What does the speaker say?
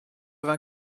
vingt